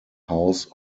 house